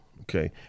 Okay